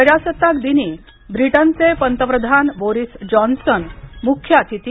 प्रजासत्ताक दिनी ब्रिटनचे पंतप्रधान बोरिस जॉन्सन मुख्य अतिथी